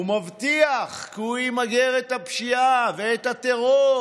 ומבטיח כי הוא ימגר את הפשיעה ואת הטרור,